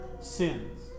sins